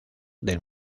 del